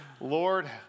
Lord